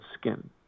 skin